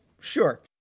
sure